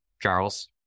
charles